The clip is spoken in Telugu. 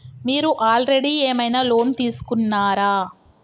మీరు ఆల్రెడీ ఏమైనా లోన్ తీసుకున్నారా?